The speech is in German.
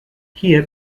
hier